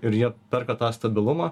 ir jie per tą stabilumą